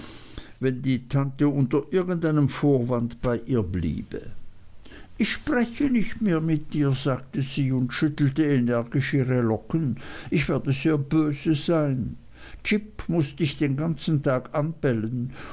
wenn die tante unter irgendeinem vorwand bei ihr bliebe ich spreche nicht mehr mit dir sagte sie und schüttelte energisch ihre locken ich werde sehr böse sein jip muß dich den ganzen tag anbellen